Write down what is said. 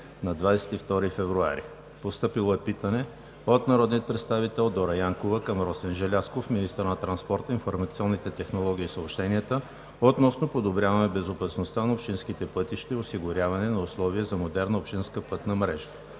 на 22 февруари; - народния представител Дора Янкова към Росен Желязков – министър на транспорта, информационните технологии и съобщенията, относно подобряване на безопасността на общинските пътища и осигуряване на условия за модерна общинска пътна мрежа.